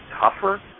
tougher